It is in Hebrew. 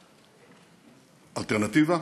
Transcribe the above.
אלטרנטיבה: